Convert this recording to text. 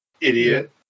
idiot